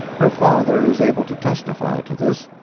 her father is able to testify to this.